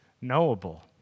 knowable